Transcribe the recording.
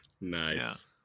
Nice